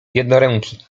jednoręki